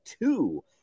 two